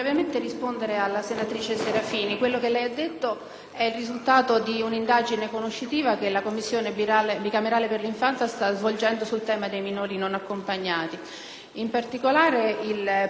è il risultato di un'indagine conoscitiva che la Commissione bicamerale sull'infanzia sta svolgendo sul tema dei minori non accompagnati. In particolare, il Presidente del comitato dei minori stranieri presso il Ministero